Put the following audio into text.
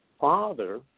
father